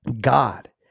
God